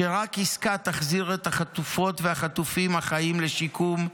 שרק עסקה תחזיר את החטופות והחטופים החיים לשיקום,